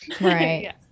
Right